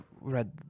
read